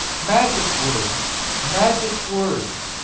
magic words! magic words!